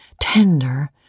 tender